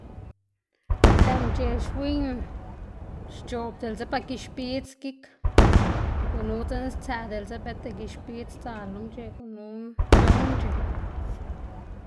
lëꞌ mc̲h̲e xwiyná xc̲h̲oꞌb diꞌltse ba gix bidz gik gunu dzen stsëꞌ diꞌlte beta gix bidz sdzal lo mc̲h̲e gunu c̲h̲ow mc̲h̲ë.